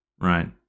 Right